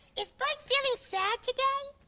is burt feeling sad today?